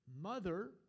mother